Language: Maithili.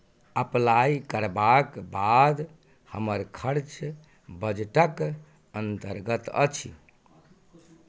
अप्लाई करबाक बाद हमर खर्च बजटक अन्तर्गत अछि